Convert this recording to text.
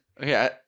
Okay